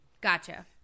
Gotcha